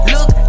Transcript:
Look